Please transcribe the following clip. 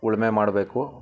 ಉಳುಮೆ ಮಾಡಬೇಕು